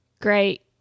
great